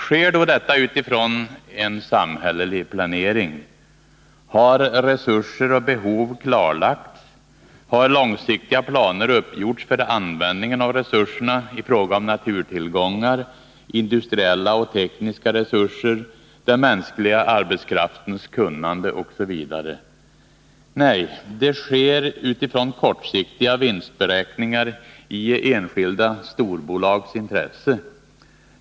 Sker då detta utifrån en samhällelig planering? Har resurser och behov klarlagts? Har långsiktiga planer uppgjorts för användningen av resurserna i fråga om naturtillgångar, industriella och tekniska resurser, den mänskliga arbetskraftens kunnande osv.? Nej, det sker utifrån kortsiktiga vinstberäkningar i enskilda storbolags intresse.